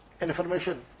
Information